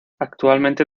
actualmente